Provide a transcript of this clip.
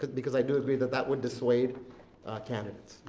because i do agree that that would dissuade candidates.